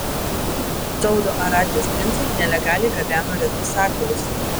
saudo arabijos princai nelegaliai gabeno retus sakalus